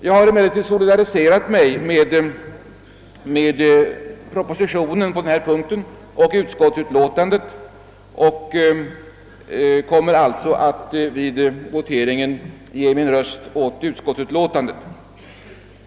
Jag har emellertid solidariserat mig med propositionen och utskottsutlåtandet på denna punkt och kommer alltså vid voteringen att rösta på utskottsutlåtandet.